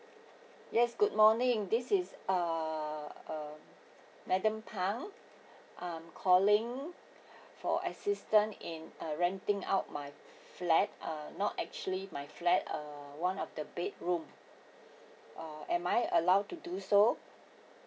yes good morning this is uh uh madam phang I'm calling for assistant in uh renting out my flat uh not actually my flat uh one of the bedroom uh am I allowed to do so